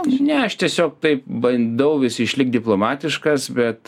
ne aš tiesiog taip bandau vis išlikt diplomatiškas bet